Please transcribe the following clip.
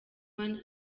one